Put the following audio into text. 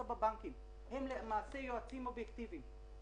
בבנקים הם למעשה יועצים אובייקטיביים.